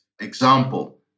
example